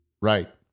Right